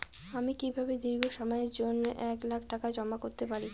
আমি কিভাবে দীর্ঘ সময়ের জন্য এক লাখ টাকা জমা করতে পারি?